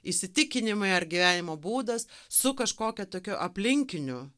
įsitikinimai ar gyvenimo būdas su kažkokia tokiu aplinkiniu